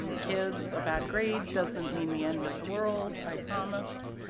um kids, a bad grade doesn't mean the end of the world. i promise.